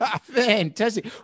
Fantastic